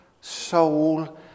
soul